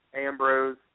Ambrose